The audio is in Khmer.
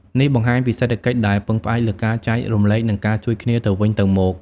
នេះបង្ហាញពីសេដ្ឋកិច្ចដែលពឹងផ្អែកលើការចែករំលែក និងការជួយគ្នាទៅវិញទៅមក។